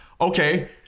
Okay